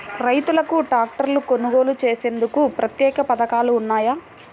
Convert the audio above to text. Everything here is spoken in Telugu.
రైతులకు ట్రాక్టర్లు కొనుగోలు చేసేందుకు ప్రత్యేక పథకాలు ఉన్నాయా?